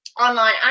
online